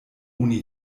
oni